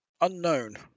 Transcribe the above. unknown